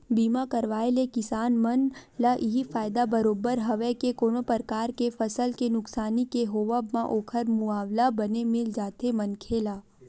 बीमा करवाय ले किसान मन ल इहीं फायदा बरोबर हवय के कोनो परकार ले फसल के नुकसानी के होवब म ओखर मुवाला बने मिल जाथे मनखे ला